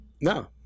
No